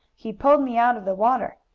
he pulled me out of the water.